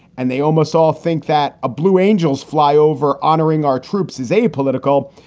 and they almost all think that a blue angels fly over. honoring our troops is apolitical.